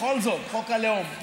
בכל זאת, חוק הלאום.